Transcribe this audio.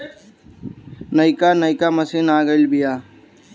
नइका नइका मशीन आ गइल बिआ